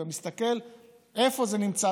ומסתכל איפה זה נמצא,